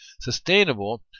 sustainable